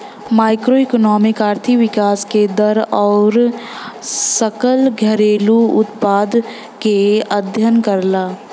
macroeconomics आर्थिक विकास क दर आउर सकल घरेलू उत्पाद क अध्ययन करला